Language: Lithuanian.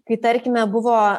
kai tarkime buvo